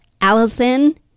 Allison